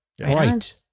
Right